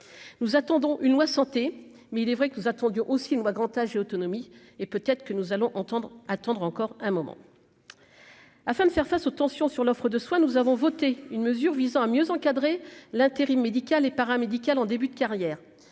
nous attendons une loi santé mais il est vrai que nous attendions aussi grand âge et autonomie et peut-être que nous allons entendre attendre encore un moment afin de faire face aux tensions sur l'offre de soins, nous avons voté une mesure visant à mieux encadrer l'intérim médical et paramédical en début de carrière,